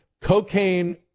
cocaine